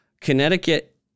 Connecticut